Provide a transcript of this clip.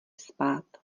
spát